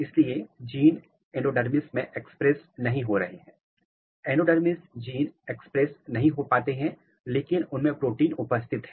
इसलिए gene endodermis में express नहीं हो रहे हैं एंडोडर्मिस जीन एक्सप्रेस नहीं हो पाते हैं लेकिन उनमें प्रोटीन उपस्थित है